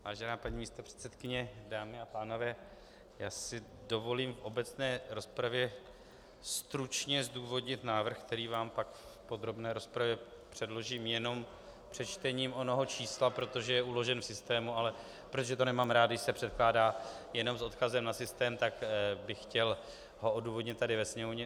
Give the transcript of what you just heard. Vážená paní místopředsedkyně, dámy a pánové, dovolím si v obecné rozpravě stručně zdůvodnit návrh, který vám v podrobné rozpravě předložím jenom přečtením onoho čísla, protože je uložen v systému, ale protože to nemám rád, když se předkládá jenom s odkazem na systém, tak bych ho chtěl odůvodnit tady ve sněmovně.